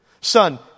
Son